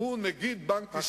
המצטבר,